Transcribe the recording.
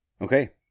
Okay